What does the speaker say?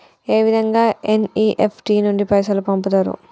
ఏ విధంగా ఎన్.ఇ.ఎఫ్.టి నుండి పైసలు పంపుతరు?